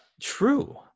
True